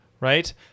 Right